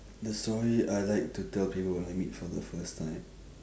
the story I like to tell people when I meet for the first time